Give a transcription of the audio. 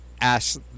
ask